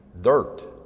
dirt